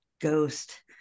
ghost